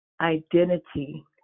identity